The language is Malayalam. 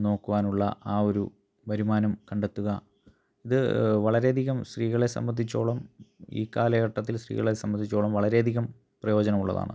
നോക്കുവാനുള്ള ആ ഒരു വരുമാനം കണ്ടെത്തുക ഇത് വളരെയധികം സ്ത്രീകളെ സംബന്ധിച്ചോളം ഈ കാലഘട്ടത്തിൽ സ്ത്രീകളെ സംബന്ധിച്ചോളം വളരെയധികം പ്രയോജനമുള്ളതാണ്